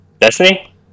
Destiny